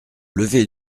lever